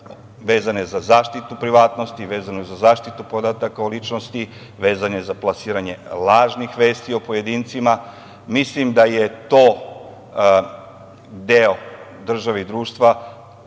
vezane za zaštitu privatnosti, vezane za zaštitu podataka o ličnosti, vezane za plasiranje lažnih vesti o pojedincima. Mislim da je to deo države i društva